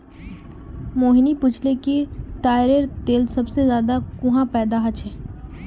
मोहिनी पूछाले कि ताडेर तेल सबसे ज्यादा कुहाँ पैदा ह छे